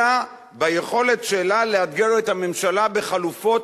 אלא ביכולת שלה לאתגר את הממשלה בחלופות